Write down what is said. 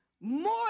more